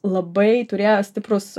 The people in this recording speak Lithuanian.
labai turėjo stiprus